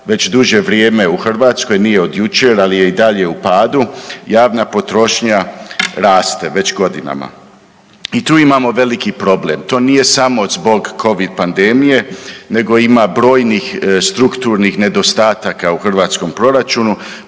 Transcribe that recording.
već duže vrijeme u Hrvatskoj, nije od jučer, ali je i dalje u padu, javna potrošnja raste već godinama. I tu imamo veliki problem. To nije samo zbog Covid pandemije nego ima brojnih strukturnih nedostataka u hrvatskom proračunu.